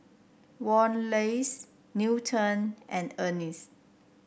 Wallace Newton and Ennis